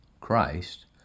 Christ